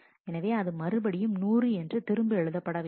எனவே அது மறுபடியும் 100 இன்று திரும்ப எழுத வேண்டும்